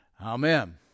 Amen